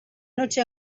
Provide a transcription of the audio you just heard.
noche